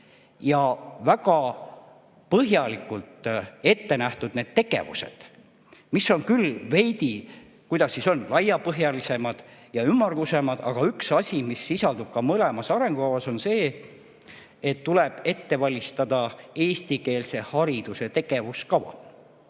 väga põhjalikult on ette nähtud need tegevused, mis on küll veidi, kuidas öelda, laiapõhjalisemad ja ümmargusemad. Üks asi, mis sisaldub mõlemas arengukavas, on see, et tuleb ette valmistada eestikeelse hariduse tegevuskava.